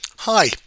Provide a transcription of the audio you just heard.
Hi